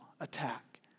attack